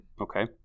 Okay